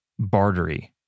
bartery